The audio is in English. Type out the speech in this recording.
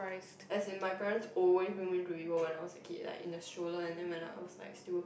as in my parent's always bring me to vivo when I was a kid like in a stroller and then when i was like still